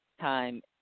time